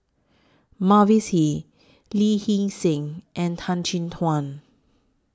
Mavis Hee Lee Hee Seng and Tan Chin Tuan